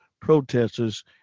protesters